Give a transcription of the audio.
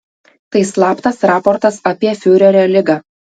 tai slaptas raportas apie fiurerio ligą